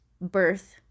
birth